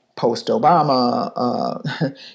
post-Obama